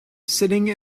sitting